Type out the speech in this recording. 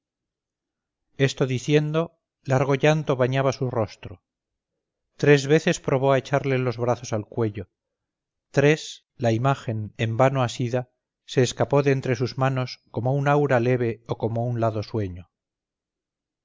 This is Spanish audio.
esto diciendo largo llanto bañaba su rostro tres veces probó a echarle los brazos al cuello tres la imagen en vano asida se escapó de entre sus manos como un aura leve o como lado sueño